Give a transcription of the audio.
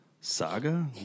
Saga